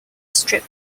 strip